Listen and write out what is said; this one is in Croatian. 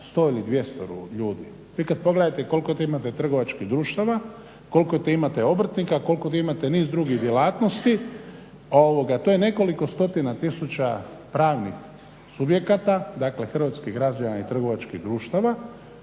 100 ili 200 ljudi. Vi kad pogledate koliko imate trgovačkih društava, koliko imate obrtnika, koliko imate niz drugih djelatnosti to je nekoliko stotina tisuća pravnih subjekata, dakle hrvatskih građana i trgovačkih društava